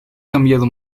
cambiado